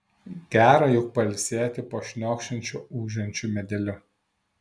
gera juk pailsėti po šniokščiančiu ūžiančiu medeliu